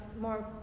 more